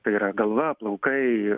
tai yra galva plaukai